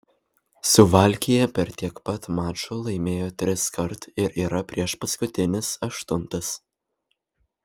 suvalkija per tiek pat mačų laimėjo triskart ir yra priešpaskutinis aštuntas